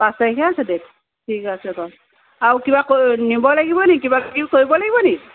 পাঁচ তাৰিখে আছে ডেট ঠিক আছে বাৰু আৰু কিবা নিব লাগিব নি কিবা কিবি কৰিব লাগিবনি